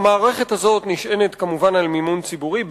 המערכת הזאת נשענת כמובן על מימון ציבורי,